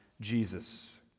Jesus